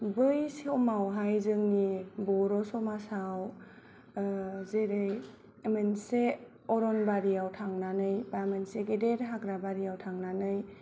बै समावहाय जोंनि बर' समाजआव जेरै मोनसे अरनबारियाव थांनानै बा मोनसे गेदेर हाग्राबारियाव थांनानै